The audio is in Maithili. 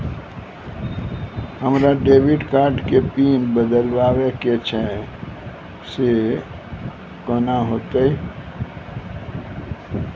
हमरा डेबिट कार्ड के पिन बदलबावै के छैं से कौन होतै?